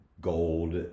gold